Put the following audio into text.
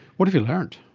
what have you learned?